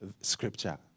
scripture